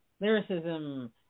lyricism